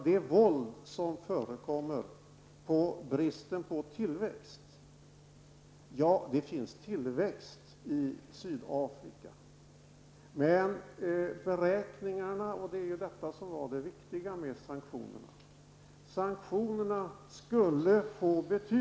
Det våld som förekommer i landet skylls på bristande tillväxt.